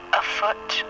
afoot